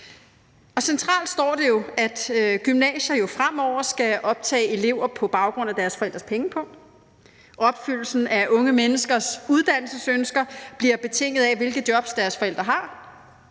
Centralt står det jo, at gymnasier fremover skal optage elever på baggrund af deres forældres pengepung, opfyldelsen af unge menneskers uddannelsesønsker bliver betinget af, hvilke jobs deres forældre har.